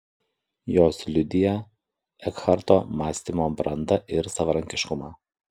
jos liudija ekharto mąstymo brandą ir savarankiškumą